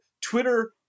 Twitter